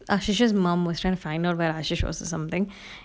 ashey mom was trying to find out where ashey was or something